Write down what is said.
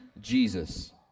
Jesus